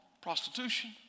prostitution